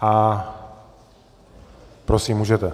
A prosím, můžete.